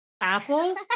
Apples